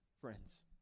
friends